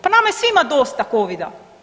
Pa nama je svima dosta Covida.